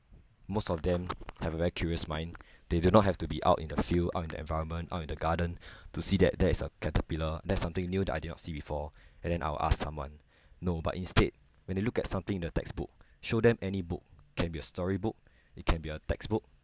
most of them have a very curious mind they do not have to be out in the field out in the environment out in the garden to see that there is a caterpillar that's something that I did not see before and then I'll ask someone no but instead when they look at something in the textbook show them any book can be a storybook it can be a textbook